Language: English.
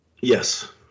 Yes